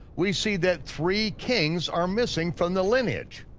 we see that three kings are missing from the lineage,